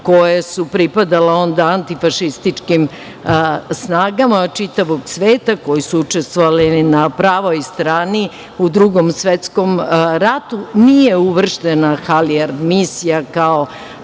koje su pripadale onda antifašističkim snagama čitavog sveta, koji su učestovali na pravoj strani u Drugom svetskom rat, nije uvrštena Halijard misija kao